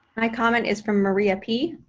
my comment is from maria p.